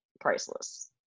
Priceless